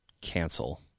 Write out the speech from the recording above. cancel